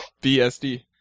B-S-D